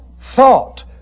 thought